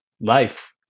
life